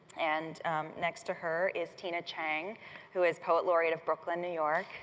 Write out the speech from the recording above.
and next to her is tina chang who is poet laureate of brooklyn new york.